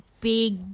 big